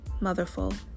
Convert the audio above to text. motherful